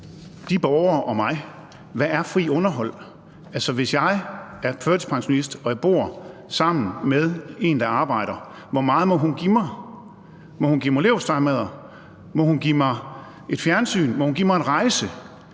de borgere og mig, hvad frit underhold er? Altså, hvis jeg er førtidspensionist og jeg bor sammen med en, der arbejder, hvor meget må hun så give mig? Må hun give mig leverpostejmadder, må hun give mig et fjernsyn, må hun give mig en rejse?